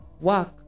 work